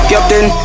Captain